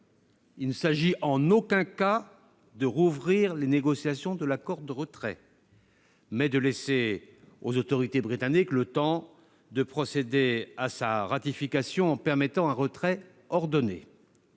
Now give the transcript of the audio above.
Il s'agit non pas de rouvrir les négociations de l'accord de retrait, mais de laisser aux autorités britanniques le temps de procéder à sa ratification en permettant un retrait ordonné.